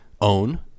own